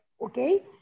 okay